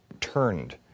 turned